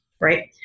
right